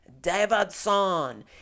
davidson